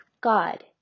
God